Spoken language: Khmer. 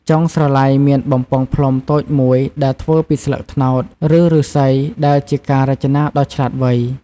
ចុងស្រឡៃមានបំពង់ផ្លុំតូចមួយដែលធ្វើពីស្លឹកត្នោត ឬឫស្សី ដែលជាការរចនាដ៏ឆ្លាតវៃ។